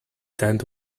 tent